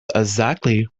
exactly